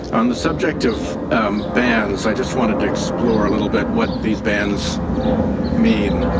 um the subject of bans i just wanted to explore a little bit what these bans mean.